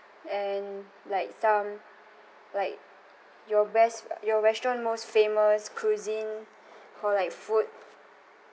and like some like your best uh your restaurant most famous cuisine or like food